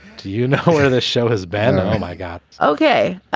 do you know where this show has been? oh, my god ok.